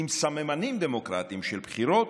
עם סממנים דמוקרטיים של בחירות,